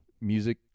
music